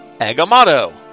Agamotto